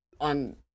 on